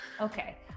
Okay